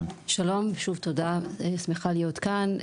שלום שוב תודה, אני שמחה להיות כאן.